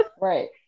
right